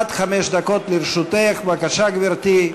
עד חמש דקות לרשותך, גברתי.